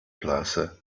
plaza